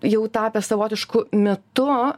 jau tapęs savotišku mitu